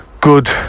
good